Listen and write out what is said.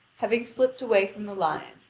having slipped away from the lion,